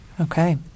Okay